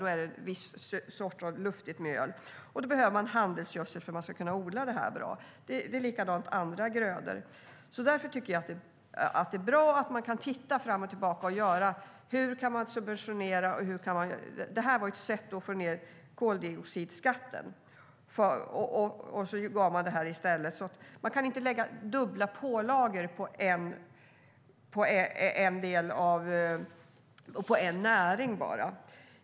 Då är det viss sort av luftigt mjöl man vill ha. Då behöver man handelsgödsel. Det är likadant med andra grödor. Därför tycker jag att det är bra att man kan titta: Hur ska vi subventionera? Det här var ett sätt att få ned koldioxidskatten. Man kan inte lägga dubbla pålagor på en näring.